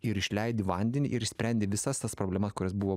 ir išleidi vandenį ir išsprendi visas tas problemas kurios buvo